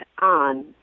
on